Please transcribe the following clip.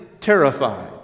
terrified